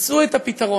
מצאו את הפתרון,